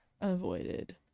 avoided